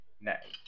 Next